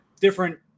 different